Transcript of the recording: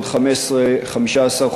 בעוד 15 חודשים,